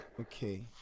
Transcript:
Okay